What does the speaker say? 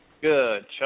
Good